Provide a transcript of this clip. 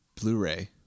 Blu-ray